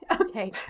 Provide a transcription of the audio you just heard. okay